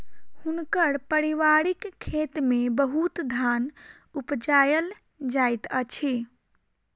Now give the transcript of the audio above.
हुनकर पारिवारिक खेत में बहुत धान उपजायल जाइत अछि